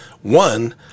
One